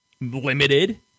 limited